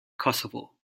kosovo